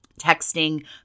Texting